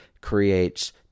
creates